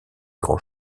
grand